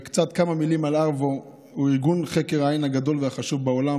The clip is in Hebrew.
כמה מילים על ARVO: הוא ארגון חקר העין הגדול והחשוב בעולם,